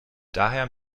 daher